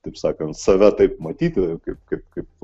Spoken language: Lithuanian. taip sakant save taip matyti kaip kaip kaip